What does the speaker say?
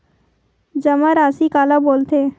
जमा राशि काला बोलथे?